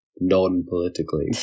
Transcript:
non-politically